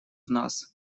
нас